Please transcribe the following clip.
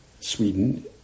Sweden